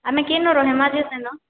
ଆମେ କେନ ରହେମା ଯେ ସେନ